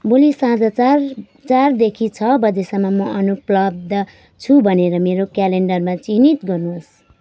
भोलि साँझ चार चारदेखि छ बजेसम्म म अनुपलब्ध छु भनेर मेरो क्यालेन्डरमा चिह्नित गर्नुहोस्